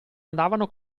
andavano